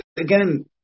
again